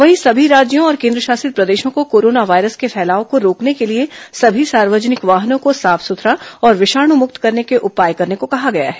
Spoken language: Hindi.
वहीं सभी राज्यों और केंद्रशासित प्रदेशों को कोरोना वायरस के फैलाव को रोकने के लिए सभी सार्वजनिक वाहनों को साफ सुथरा और विषाणु मुक्त करने के उपाय करने को कहा गया है